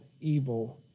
evil